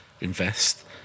invest